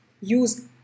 use